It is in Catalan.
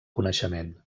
coneixement